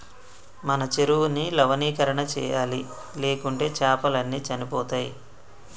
మన చెరువుని లవణీకరణ చేయాలి, లేకుంటే చాపలు అన్ని చనిపోతయ్